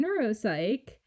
neuropsych